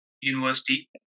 university